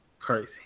crazy